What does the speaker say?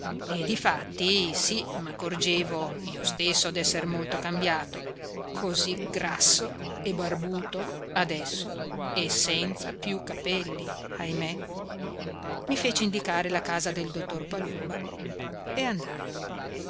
e difatti sì m'accorgevo io stesso d'esser molto cambiato così grasso e barbuto adesso e senza più capelli ahimè i feci indicare la casa del dottor palumba e andai